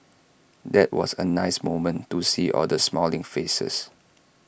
that was A nice moment to see all the smiling faces